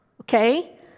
okay